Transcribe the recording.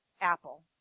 apple